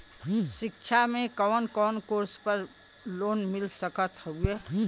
शिक्षा मे कवन कवन कोर्स पर लोन मिल सकत हउवे?